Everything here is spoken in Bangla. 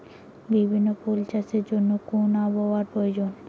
বিভিন্ন ফুল চাষের জন্য কোন আবহাওয়ার প্রয়োজন?